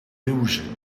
illusion